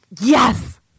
Yes